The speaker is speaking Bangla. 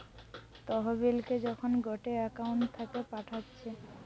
তহবিলকে যখন গটে একউন্ট থাকে পাঠাচ্ছে